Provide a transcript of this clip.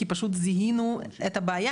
כי פשוט זיהינו את הבעיה.